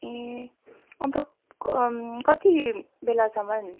ए अन्त कति बेलासम्म